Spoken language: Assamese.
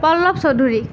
পল্লৱ চৌধুৰী